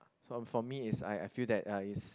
so for me is I I feel that uh is